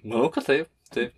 manau kad taip taip